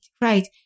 right